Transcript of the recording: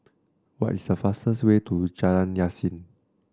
what is the fastest way to Jalan Yasin